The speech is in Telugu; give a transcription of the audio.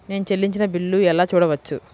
నేను చెల్లించిన బిల్లు ఎలా చూడవచ్చు?